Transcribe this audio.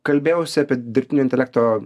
kalbėjausi apie dirbtinio intelekto